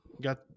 got